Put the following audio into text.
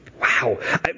Wow